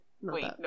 Wait